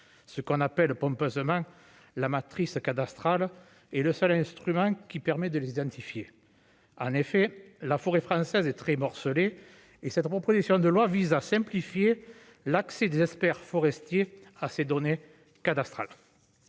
ce qu'on appelle pompeusement la matrice cadastrale est le seul instrument qui permet de les identifier, en effet, la forêt française est très morcelée et cette proposition de loi vise à simplifier l'accès des experts forestiers à ces données cadastrales